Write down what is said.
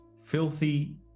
filthy